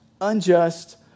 unjust